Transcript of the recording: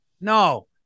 No